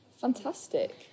Fantastic